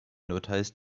noticed